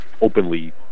openly